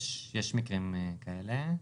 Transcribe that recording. יש מקרים כאלה.